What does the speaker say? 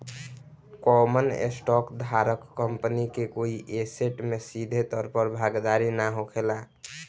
common stock धारक company के कोई ऐसेट में सीधे तौर पर भागीदार ना होखेला